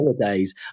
Holidays